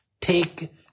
Take